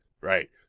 Right